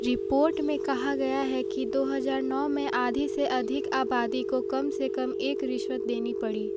report में कहा गया है कि दो हज़ार नौ में आधी से अधिक आबादी को कम से कम एक रिश्वत देनी पड़ी